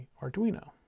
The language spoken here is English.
Arduino